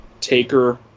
Taker